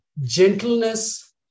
gentleness